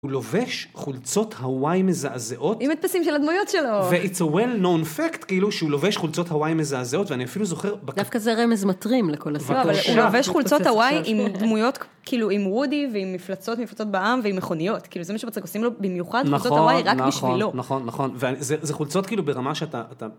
הוא לובש חולצות הוואי מזעזעות, עם מתפסים של הדמויות שלו, ו-it's a well-known fact, כאילו שהוא לובש חולצות הוויי מזעזעות, ואני אפילו זוכר, דווקא זה רמז מתרים לכל השטח, הוא לובש חולצות הוואי, עם דמויות, כאלו, עם רודי, ועם מפלצות מפלצות בע"מ, ועם מכוניות. כאלו זה מה שבצרק עושים לו במיוחד חולצות הוואי, רק בשבילו. נכון, נכון. וזה חולצות ברמה ש אתה...